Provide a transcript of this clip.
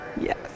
Yes